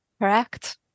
Correct